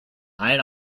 allen